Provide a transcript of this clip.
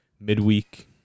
midweek